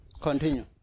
Continue